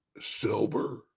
silver